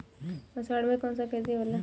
अषाढ़ मे कौन सा खेती होला?